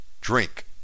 Drink